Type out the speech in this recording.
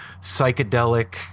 psychedelic